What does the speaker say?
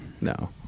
No